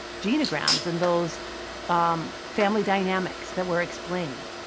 genograms and those um family dynamics that were explained.